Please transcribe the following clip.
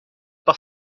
par